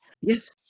Yes